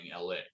LA